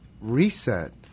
reset